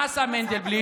מה עשה מנדלבליט?